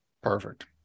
Perfect